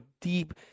deep